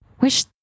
wish